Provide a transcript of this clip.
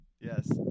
Yes